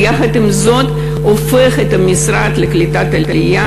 ויחד עם זאת הופך את המשרד לקליטת העלייה